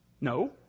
No